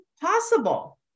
possible